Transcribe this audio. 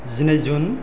जिनै जुन